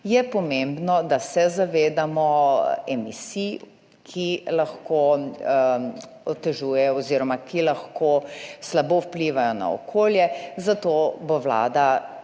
je pomembno, da se zavedamo emisij, ki lahko otežujejo oziroma ki lahko slabo vplivajo na okolje, zato bo Vlada,